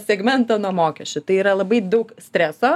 segmentą nuo mokesčių tai yra labai daug streso